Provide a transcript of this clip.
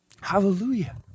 Hallelujah